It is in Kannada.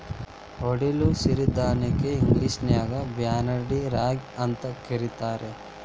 ಒಡಲು ಸಿರಿಧಾನ್ಯಕ್ಕ ಇಂಗ್ಲೇಷನ್ಯಾಗ ಬಾರ್ನ್ಯಾರ್ಡ್ ರಾಗಿ ಅಂತ ಕರೇತಾರ